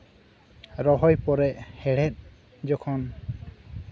ᱨᱚᱦᱚᱭ ᱯᱚᱨᱮ ᱦᱮᱲᱦᱮᱫ ᱡᱚᱠᱷᱚᱱ